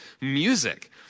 music